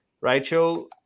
Rachel